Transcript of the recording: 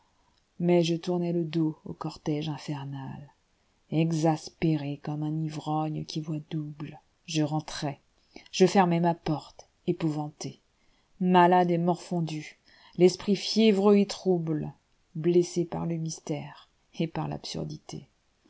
mais je tournai le dos au cortège infernal exaspéré comme un ivrogne qui voit double je rentrai je fermai ma porte épouvanté malade et morfondu l'espi'it fiévreux et trouble blessé par le mystère et par l'absurdité